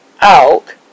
out